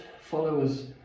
followers